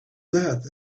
that